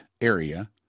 area